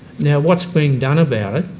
now what's being done about it?